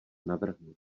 navrhnu